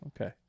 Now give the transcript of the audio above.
Okay